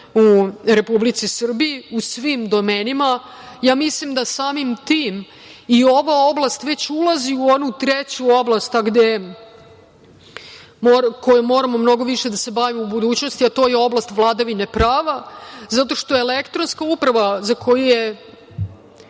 u Republici Srbiji u svim domenima, ja mislim da samim tim i ova oblast već ulazi u onu treću oblast, kojom moramo mnogo više da se bavimo u budućnosti, a to je oblast vladavine prava, zato što elektronska uprava koju je